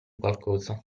qualcosa